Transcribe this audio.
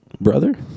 Brother